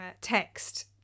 text